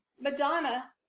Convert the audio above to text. Madonna